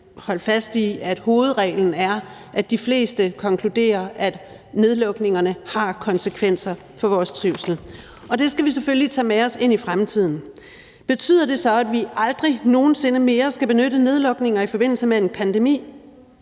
holde fast i, at hovedreglen er, at de fleste konkluderer, at nedlukningerne har konsekvenser for vores trivsel, og det skal vi selvfølgelig tage med os ind i fremtiden. Betyder det så, at vi aldrig nogen sinde mere skal benytte nedlukninger i forbindelse med en pandemi?